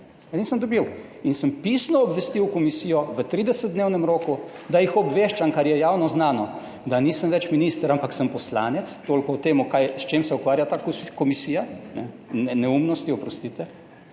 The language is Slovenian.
nisem dobil in sem pisno obvestil komisijo v 30-dnevnem roku, da jih obveščam, kar je javno znano, da nisem več minister, ampak sem poslanec - toliko o tem kaj, s čim se ukvarja ta komisija, neumnosti, oprostite